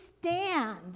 stand